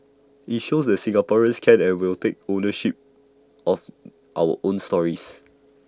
IT shows that Singaporeans can and will take ownership of our own stories